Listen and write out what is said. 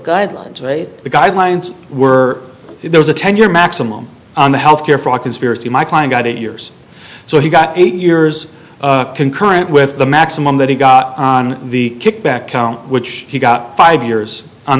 guidelines the guidelines were there was a ten year maximum on the health care fraud conspiracy my client got eight years so he got eight years concurrent with the maximum that he got on the kickback count which he got five years on